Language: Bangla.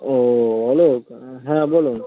ও অলোক হ্যাঁ বলুন